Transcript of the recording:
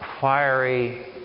fiery